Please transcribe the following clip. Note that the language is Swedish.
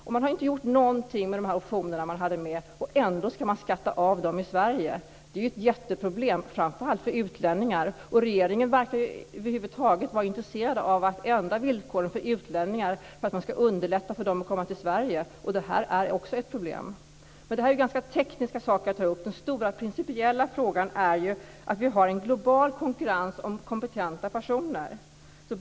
De har inte gjort någonting med de optioner de hade med sig, och ändå ska de skatta av dem i Sverige. Det är ett jätteproblem, framför allt för utlänningar. Regeringen verkar över huvud taget inte vara intresserad av att ändra villkoren för att underlätta för utlänningar att komma till Sverige. Detta är också ett problem. Detta är ganska tekniska saker som jag tar upp. Den stora principiella frågan är ju att vi har en global konkurrens om kompetenta personer.